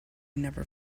never